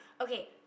Okay